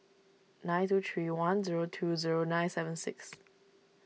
nine two three one zero two zero nine seven six